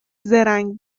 زرنگ